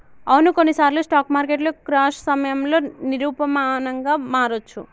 అవును కొన్నిసార్లు స్టాక్ మార్కెట్లు క్రాష్ సమయంలో నిరూపమానంగా మారొచ్చు